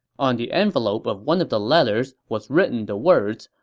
on the envelope of one of the letters was written the words,